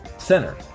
center